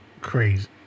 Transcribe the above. crazy